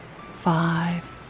Five